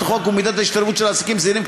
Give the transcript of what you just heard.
החוק ומידת ההשתלבות של עסקים זעירים,